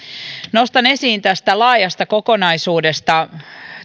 nostan esiin tästä laajasta kokonaisuudesta